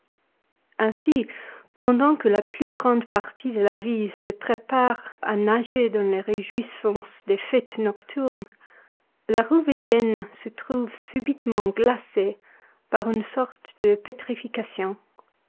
ainsi pendant que la plus grande partie de la ville se prépare à nager dans les réjouissances des fêtes nocturnes la rue vivienne se trouve subitement glacée par une sorte de